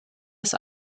des